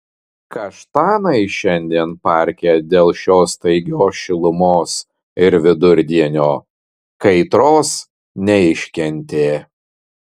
kaštanai šiandien parke dėl šios staigios šilumos ir vidurdienio kaitros neiškentė